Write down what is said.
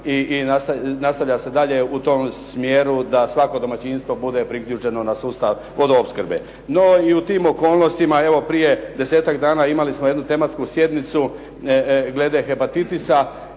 i nastavlja se dalje u tom smjeru da svako domaćinstvo bude priključeno na sustav vodoopskrbe. No i u tim okolnostima evo prije desetak dana imali smo jednu tematsku sjednicu glede hepatitisa